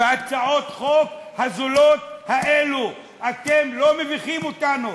ובהצעות החוק הזולות האלו אתם לא מביכים אותנו.